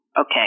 okay